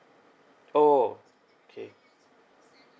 oh okay